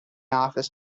office